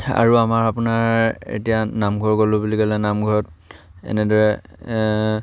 আৰু আমাৰ আপোনাৰ এতিয়া নামঘৰ গ'লোঁ বুলি ক'লে নামঘৰত এনেদৰে